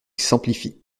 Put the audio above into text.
s’amplifie